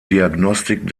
diagnostik